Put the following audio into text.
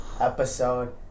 episode